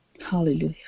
Hallelujah